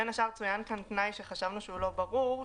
בין השאר, צוין כאן תנאי שחשבנו שהוא לא ברור,